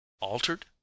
Altered